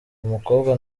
umukobwa